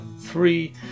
three